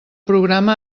programa